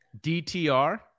DTR